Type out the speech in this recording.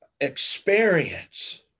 experience